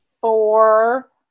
four